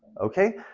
Okay